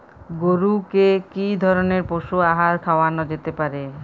গরু কে কি ধরনের পশু আহার খাওয়ানো যেতে পারে?